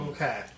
Okay